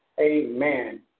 Amen